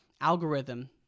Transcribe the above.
algorithm